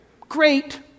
Great